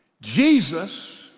Jesus